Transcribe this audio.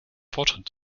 fortschritt